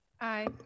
Aye